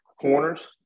corners